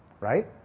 Right